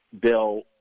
Bill